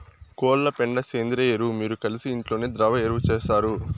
కోళ్ల పెండ సేంద్రియ ఎరువు మీరు కలిసి ఇంట్లోనే ద్రవ ఎరువు చేస్తారు